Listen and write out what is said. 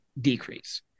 decrease